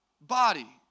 body